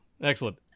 excellent